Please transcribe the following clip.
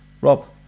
rob